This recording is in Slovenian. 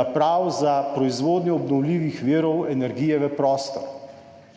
naprav za proizvodnjo obnovljivih virov energije v prostor.